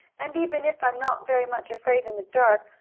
and even if i'm not very much afraid in the dark,